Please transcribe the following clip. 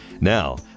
Now